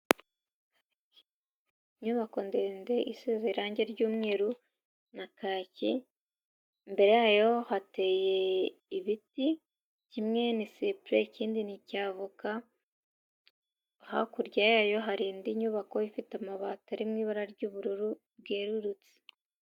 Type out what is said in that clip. Inyubako ndende isize irangi ry'umweru na kaki, imbere yayo hateye ibiti kimwe ni sipure ikindi ni icya avoka, hakurya yayo hari indi nyubako ifite amabati ari mu ibara ry'ubururu bwerurutse.